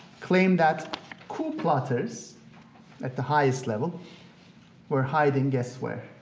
claimed that coup plotters at the highest level were hiding guess where?